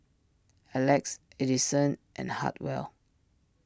Alex Adison and Hartwell